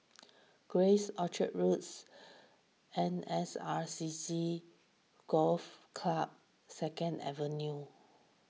Grace Orchard Roads N S R C C Golf Club Second Avenue